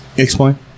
Explain